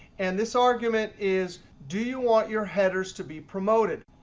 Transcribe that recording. and this argument is, do you want your headers to be promoted?